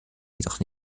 jedoch